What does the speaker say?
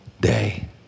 day